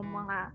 mga